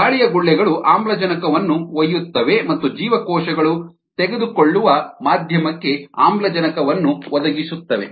ಗಾಳಿಯ ಗುಳ್ಳೆಗಳು ಆಮ್ಲಜನಕವನ್ನು ಒಯ್ಯುತ್ತವೆ ಮತ್ತು ಜೀವಕೋಶಗಳು ತೆಗೆದುಕೊಳ್ಳುವ ಮಾಧ್ಯಮಕ್ಕೆ ಆಮ್ಲಜನಕವನ್ನು ಒದಗಿಸುತ್ತವೆ